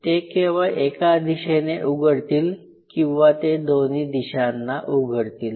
ते केवळ एका दिशेने उघडतील किंवा ते दोन्ही दिशांना उघडतील